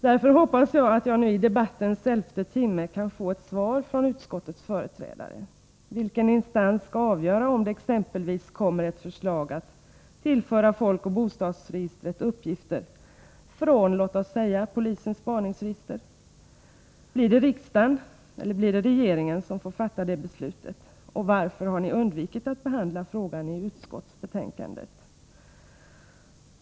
Därför hoppas jag att jag nu i debattens elfte timme kan få ett svar från utskottets företrädare. Vilken instans skall avgöra om det exempelvis kommer ett förslag att — Nr 145 tillföra folkoch bostadsregistret uppgifter från låt oss säga polisens spaningsregister? Blir det riksdagen, eller blir det regeringen som får fatta det beslutet? Varför har ni undvikit att behandla frågan i utskottsbetänkandet?